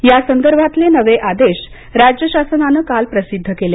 या संदर्भातील नवे आदेश राज्य शासनानं काल प्रसिद्ध केले